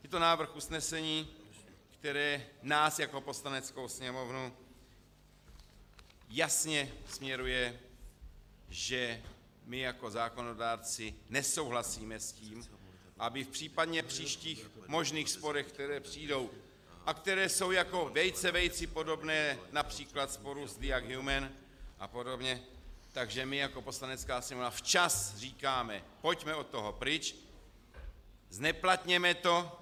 Je to návrh usnesení, které nás jako Poslaneckou sněmovnu jasně směruje, že my jako zákonodárci nesouhlasíme s tím, aby v případně příštích možných sporech, které přijdou a které jsou jako vejce vejci podobné například sporu s Diag Human a podobně, tak že my jako Poslanecká sněmovna včas říkáme: pojďme od toho pryč, zneplatněme to.